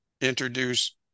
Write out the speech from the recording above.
introduce